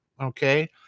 Okay